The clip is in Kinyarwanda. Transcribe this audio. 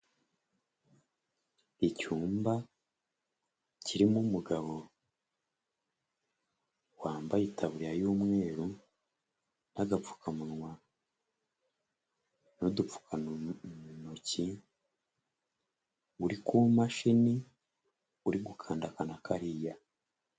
Icyumba kirimo umugabo wambaye itaburiya y'umweru n'agapfukamunwa n'udupfukantoki uri ku mashini uri gukanda aka na kariya.